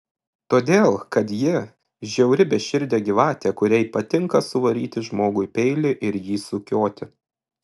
todėl kad ji žiauri beširdė gyvatė kuriai patinka suvaryti žmogui peilį ir jį sukioti